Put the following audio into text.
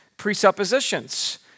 presuppositions